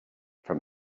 from